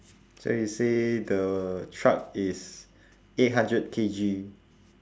so you say the truck is eight hundred K_G